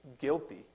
guilty